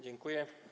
Dziękuję.